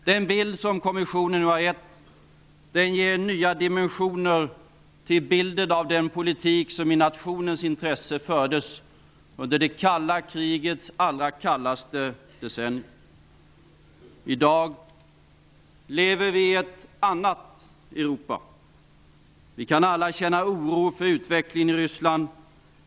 Den bild som kommissionen har gett ger nya dimensioner till bilden av den politik som i nationens intresse fördes under det kalla krigets allra kallaste decennier. I dag lever vi i ett annat Europa. Vi kan alla känna oro för utvecklingen i Ryssland.